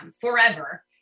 forever